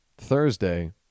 Thursday